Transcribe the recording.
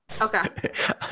Okay